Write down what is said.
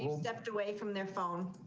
i mean stepped away from their phone.